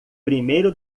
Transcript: primeiro